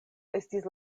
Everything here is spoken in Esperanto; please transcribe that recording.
estis